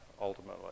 ultimately